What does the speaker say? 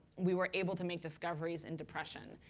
we were able to make discoveries in depression.